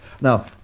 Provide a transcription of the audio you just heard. Now